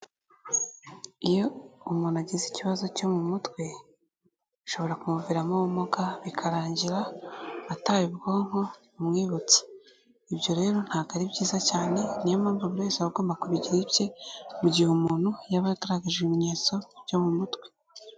Iyo umuntu agize ikibazo cyo mu mutwe, bishobora kumuviramo ubumuga, bikarangira ataye ubwonko, bumwibutsa. Ibyo rero ntabwo ari byiza cyane, niyo mpamvu buri wese agombaga kubigira ibye, mu gihe umuntu yaba aragaragaje ibimenyetso, byo mu mutwe.